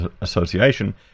Association